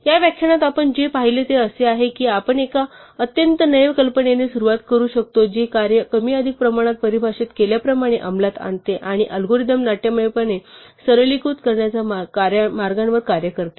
या व्याख्यानात आपण जे पाहिले ते असे आहे की आपण एका अत्यंत नैव कल्पनेने सुरुवात करू शकतो जे कार्य कमी अधिक प्रमाणात परिभाषित केल्याप्रमाणे अंमलात आणते आणि अल्गोरिदम नाट्यमयपणे सरलीकृत करण्याच्या मार्गांवर कार्य करते